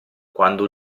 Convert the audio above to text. quando